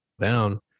down